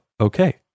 Okay